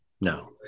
No